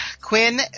Quinn